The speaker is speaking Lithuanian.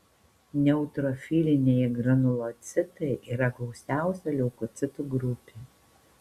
neutrofiliniai granulocitai yra gausiausia leukocitų grupė